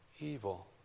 evil